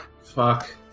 Fuck